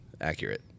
Accurate